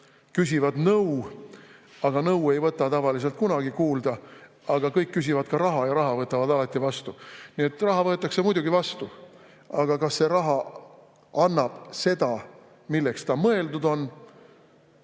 küsivad nõu, aga nõu ei võeta tavaliselt kunagi kuulda; kõik küsivad ka raha, ja raha võtavad alati vastu. Nii et raha võetakse muidugi vastu. Aga kas see raha annab seda, milleks ta mõeldud on?